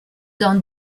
dans